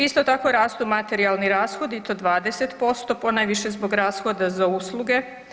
Isto tako rastu materijalni rashodi i to 20% ponajviše zbog rashoda za usluge.